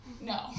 No